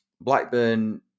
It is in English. Blackburn